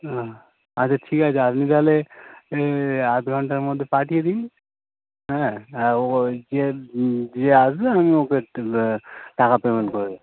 হ্যাঁ আচ্ছা ঠিক আছে আপনি তাহলে এই আধ ঘন্টার মধ্যে পাঠিয়ে দিন হ্যাঁ আর ওওই যে যে আসবে আমি ওকে টাকা পেমেন্ট করে দেবো